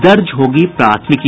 दर्ज होगी प्राथमिकी